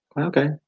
okay